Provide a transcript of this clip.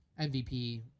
MVP